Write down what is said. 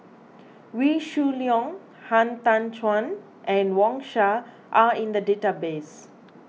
Wee Shoo Leong Han Tan Juan and Wang Sha are in the database